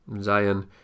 zion